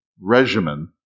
regimen